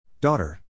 Daughter